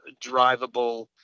drivable